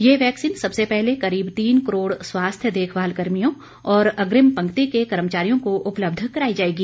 यह वैक्सीन सबसे पहले करीब तीन करोड़ स्वास्थ्य देखभाल कर्मियों और अग्रिम पंक्ति के कर्मचारियों को उपलब्ध कराई जाएगी